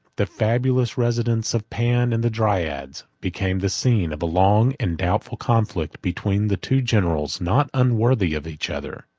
the fabulous residence of pan and the dryads, became the scene of a long and doubtful conflict between the two generals not unworthy of each other.